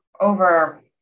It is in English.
over